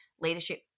leadership